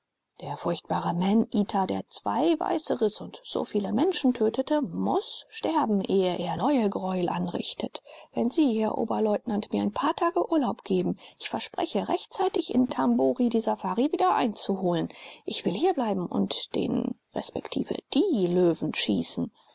der furchtbare maneater der zwei weiße riß und so viele menschen tötete muß sterben ehe er neue greuel anrichtet wenn sie herr oberleutnant mir ein paar tage urlaub geben ich verspreche rechtzeitig in tabora die safari wieder einzuholen so will ich hier bleiben und den resp die löwen schießen